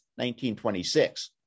1926